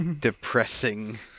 depressing